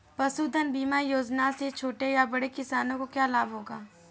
पशुधन बीमा योजना से छोटे या बड़े किसानों को क्या लाभ होगा?